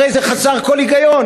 הרי זה חסר כל היגיון.